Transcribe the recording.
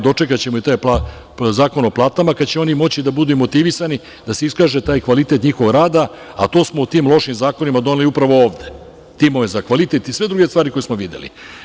Dočekaćemo i taj Zakon o platama kada će oni moći da budu i motivisani da se iskaže taj kvalitet njihovog rada, a to smo u tim lošim zakonima doneli upravo ovde, timove za kvalitet i sve druge stvari koje smo videli.